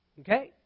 Okay